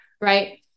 Right